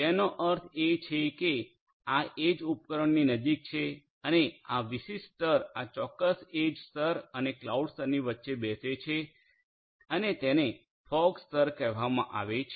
તેનો અર્થ એ છે કે આ એજ ઉપકરણોની નજીક છે અને આ વિશિષ્ટ સ્તર આ ચોક્કસ એજ સ્તર અને ક્લાઉડ સ્તરની વચ્ચે બેસે છે અને તેને ફોગ સ્તર કહેવામા આવે છે